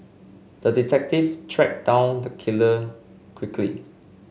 the detective tracked down the killer quickly